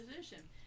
position